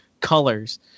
colors